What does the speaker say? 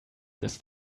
this